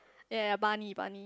ya bunny bunny